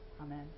Amen